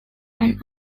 and